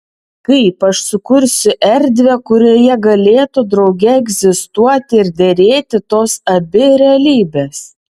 kaip aš sukursiu erdvę kurioje galėtų drauge egzistuoti ir derėti tos abi realybės